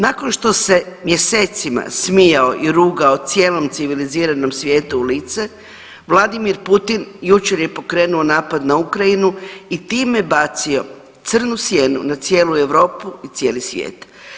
Nakon što se mjesecima smijao i rugao cijelom civiliziranom svijetu u lice, Vladimir Putin jučer je pokrenuo napad na Ukrajinu i time bacio crnu sjenu na cijelu Europu i cijeli svijet.